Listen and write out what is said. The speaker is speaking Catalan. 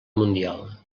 mundial